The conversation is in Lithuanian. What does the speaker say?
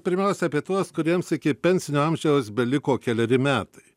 pirmiausia apie tuos kuriems iki pensinio amžiaus beliko keleri metai